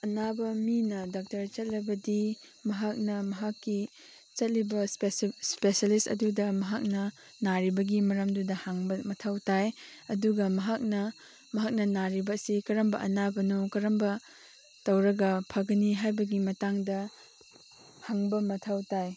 ꯑꯅꯥꯕ ꯃꯤꯅ ꯗꯥꯛꯇꯔ ꯆꯠꯂꯕꯗꯤ ꯃꯍꯥꯛꯅ ꯃꯍꯥꯛꯀꯤ ꯆꯠꯂꯤꯕ ꯏꯁꯄꯦꯁꯦꯜꯂꯤꯁ ꯑꯗꯨꯗ ꯃꯍꯥꯛꯅ ꯅꯥꯔꯤꯕꯒꯤ ꯃꯔꯝꯗꯨꯗ ꯍꯪꯕ ꯃꯊꯧ ꯇꯥꯏ ꯑꯗꯨꯒ ꯃꯍꯥꯛꯅ ꯃꯍꯥꯛꯅ ꯅꯥꯔꯤꯕ ꯑꯁꯤ ꯀꯔꯝꯕ ꯑꯅꯥꯕꯅꯣ ꯀꯔꯝꯕ ꯇꯧꯔꯒ ꯐꯒꯅꯤ ꯍꯥꯏꯕꯒꯤ ꯃꯇꯥꯡꯗ ꯍꯪꯕ ꯃꯊꯧ ꯇꯥꯏ